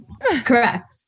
correct